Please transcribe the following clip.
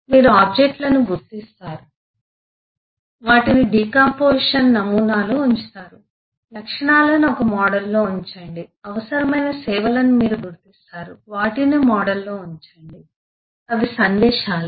మీరు ఆబ్జెక్ట్ లను గుర్తిస్తారు వాటిని డికాంపొజిషన్ నమూనాలో ఉంచుతారు లక్షణాలను ఒక మోడల్లో ఉంచండి అవసరమైన సేవలను మీరు గుర్తిస్తారు వాటిని మోడల్లో ఉంచండి అవి సందేశాలు